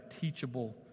teachable